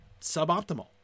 suboptimal